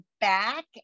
back